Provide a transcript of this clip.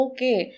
Okay